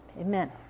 amen